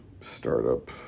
startup